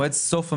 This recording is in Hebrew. מועד סוף המכרז,